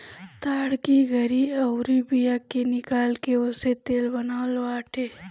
ताड़ की गरी अउरी बिया के निकाल के ओसे तेल बनत बाटे